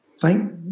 Thank